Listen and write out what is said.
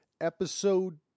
Episode